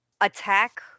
attack